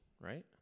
right